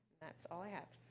that's all i have.